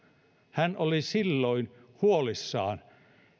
hän oli silloin huolissaan